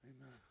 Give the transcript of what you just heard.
Amen